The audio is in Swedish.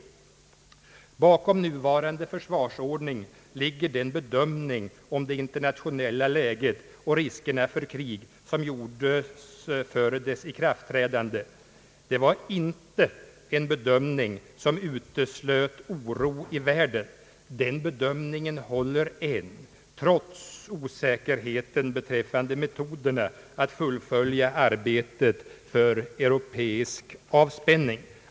Bakom nuvarande försvarsordning ligger den bedömning av det internationella läget och riskerna för krig som gjordes före dess ikraftträdande. Det var inte en bedömning som uteslöt oron i världen — den bedömningen håller än trots osäkerheten beträffande metoderna att fullfölja arbetet för europeisk avspänning.